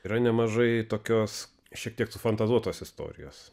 yra nemažai tokios šiek tiek sufantazuotos istorijos